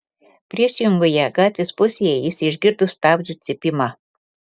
priešingoje gatvės pusėje jis išgirdo stabdžių cypimą